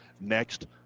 next